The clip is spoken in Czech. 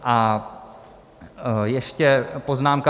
A ještě poznámka.